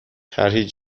طرحی